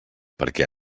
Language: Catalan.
perquè